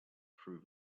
through